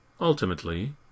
Ultimately